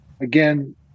again